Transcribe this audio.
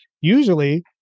Usually